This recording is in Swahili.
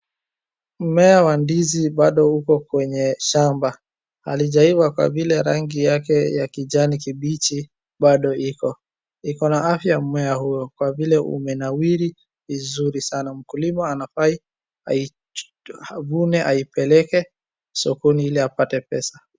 Mmea wa ndizi bado uko kwenye shamba halijaivaa kwa vile rangi yake ya kijani kibichi bado iko. Iko na afya mmea huo kwa vile umenawiri vizuri sana .Mkulima anafai aivune aipeleke sokoni ili apate pesa.